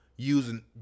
using